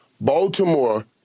Baltimore